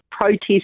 protest